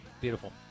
Beautiful